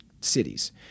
cities